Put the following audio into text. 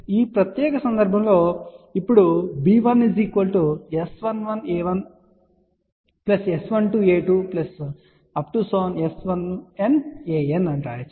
కాబట్టి ఈ ప్రత్యేక సందర్భంలో ఇప్పుడు మనం b1S11a1S12a2S1N aN అని వ్రాయవచ్చు